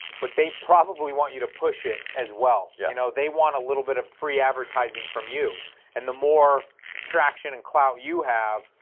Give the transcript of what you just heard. but they probably want you to push it as well, yeah you know, they want a little bit of free advertising from you and the more traction and clout you have,